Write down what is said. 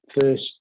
first